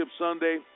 Sunday